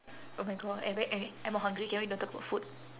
oh my god I very eh I'm hungry can we don't talk about food